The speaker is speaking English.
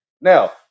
Now